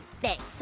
thanks